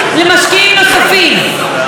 אז כשאתה פותח את זה למשקיעים הנוספים,